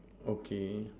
okay